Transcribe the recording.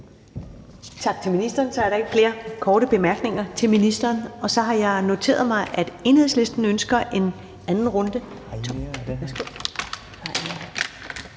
Tak til ministeren. Så er der ikke flere korte bemærkninger. Så har jeg noteret mig, at Enhedslisten ønsker en anden runde,